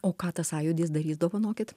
o ką tas sąjūdis darys dovanokit